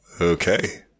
okay